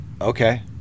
Okay